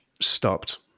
stopped